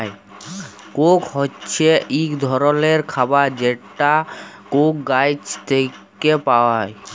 Coke হছে ইক ধরলের খাবার যেটা কোক গাহাচ থ্যাইকে পায়